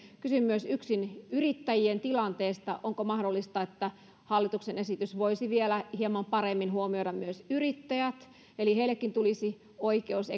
kysyn myös yksinyrittäjien tilanteesta onko mahdollista että hallituksen esitys voisi vielä hieman paremmin huomioida myös yrittäjät eli heillekin tulisi oikeus